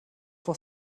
doch